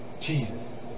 Jesus